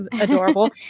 adorable